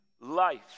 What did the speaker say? life